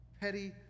petty